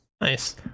nice